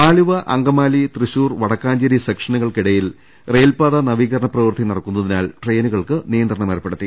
ആലുവ അങ്കമാലി തൃശൂർ വടക്കാഞ്ചേരി സെക്ഷനുകൾക്കിട യിൽ റെയിൽപാത നവീകരണ പ്രവൃത്തി നടക്കുന്നതിനാൽ ട്രെയി നുകൾക്ക് നിയന്ത്രണങ്ങൾ ഏർപ്പെടുത്തി